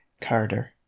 carter